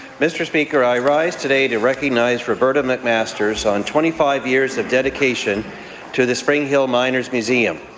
mr. speaker, i rise today to recognize roberta mcmasters on twenty five years of dedication to the spring hill miners museum.